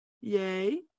yay